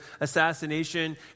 assassination